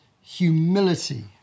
humility